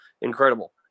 Incredible